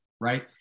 right